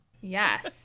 Yes